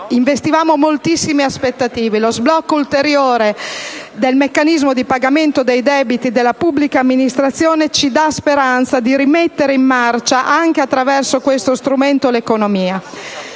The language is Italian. investivamo moltissime aspettative. Lo sblocco ulteriore del meccanismo di pagamento dei debiti della pubblica amministrazione ci dà speranza di rimettere in marcia, anche attraverso questo strumento, l'economia.